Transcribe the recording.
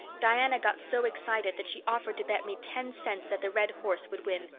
diana got so excited that she offered to bet me ten cents that the red horse would win.